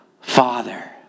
Father